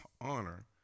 honor